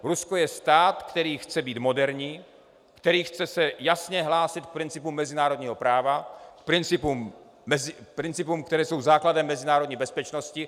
Rusko je stát, který chce být moderní, který se chce jasně hlásit k principům mezinárodního práva, k principům, které jsou základem mezinárodní bezpečnosti.